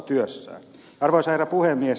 arvoisa herra puhemies